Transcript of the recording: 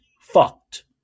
fucked